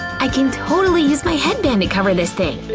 i can totally use my headband to cover this thing!